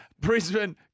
Brisbane